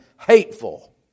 hateful